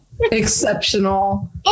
Exceptional